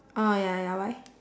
oh ya ya ya why